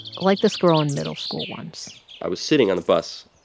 like this girl in middle school once i was sitting on the bus.